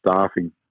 staffing